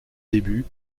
début